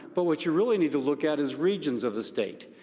but what you really need the look at is regions of the state.